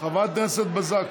חברת הכנסת בזק,